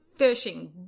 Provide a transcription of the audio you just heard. Fishing